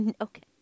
Okay